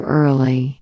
early